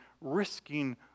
risking